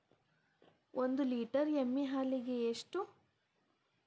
ಒಂದು ಲೇಟರ್ ಎಮ್ಮಿ ಹಾಲಿಗೆ ಎಷ್ಟು?